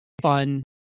fun